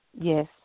yes